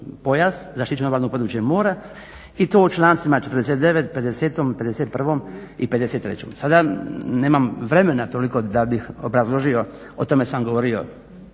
pojas, zaštićeno obalno područje mora i to u člancima 49,50,51 i 53. Sada nemam vremena toliko da bih obrazložio, o tome sam govorio